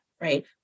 right